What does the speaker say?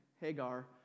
Hagar